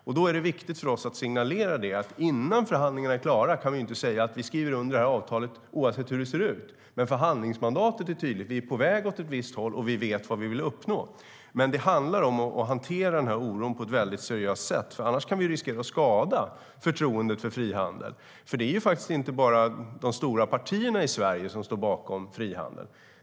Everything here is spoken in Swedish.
Därför är det viktigt för oss att signalera att innan förhandlingarna är klara kan vi inte säga att vi skriver under det här avtalet oavsett hur det ser ut, men förhandlingsmandatet är tydligt: Vi är på väg åt ett visst håll, och vi vet vad vi vill uppnå. Det handlar alltså om att hantera oron på ett väldigt seriöst sätt, för annars riskerar vi att skada förtroendet för frihandel. Det är ju faktiskt inte bara de stora partierna i Sverige som står bakom frihandel.